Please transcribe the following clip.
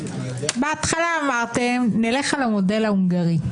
בהתחלה אמרתם נלך על המודל ההונגרי.